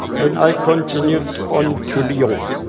and i continued on to lyon.